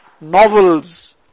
novels